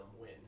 win